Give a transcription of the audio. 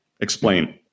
Explain